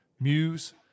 Muse